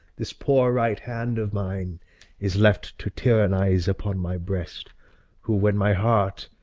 this poor right hand of mine is left to tyrannize upon my breast who, when my heart,